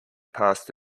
passed